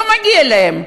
לא מגיע להם.